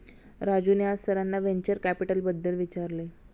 राजूने आज सरांना व्हेंचर कॅपिटलबद्दल विचारले